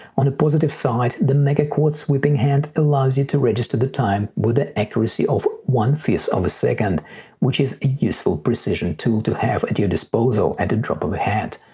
on the positive side the meca quartz sweeping hand allows you to register the time with the accuracy of one-fifth of a second which is a useful precision tool to have at your disposal at the drop of a hat.